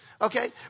Okay